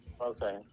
Okay